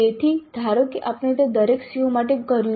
તેથી ધારો કે આપણે તે દરેક CO માટે કર્યું છે